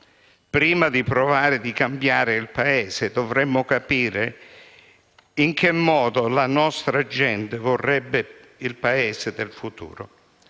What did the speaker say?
Prima di provare a cambiare il Paese, dovremmo capire in che modo la nostra gente vorrebbe il Paese del futuro.